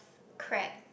crab